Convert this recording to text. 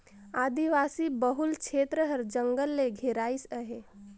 आदिवासी बहुल छेत्र हर जंगल ले घेराइस अहे